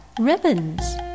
Ribbons